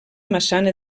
massana